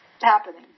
happening